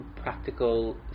practical